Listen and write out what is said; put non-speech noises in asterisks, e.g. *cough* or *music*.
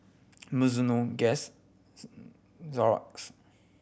Mizuno Guess *unintelligible* Xorex